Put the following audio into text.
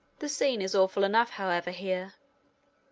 the scene is awful enough, however, here.